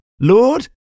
Lord